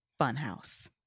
Funhouse